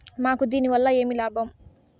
మాకు దీనివల్ల ఏమి లాభం